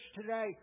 today